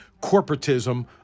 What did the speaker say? corporatism